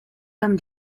comme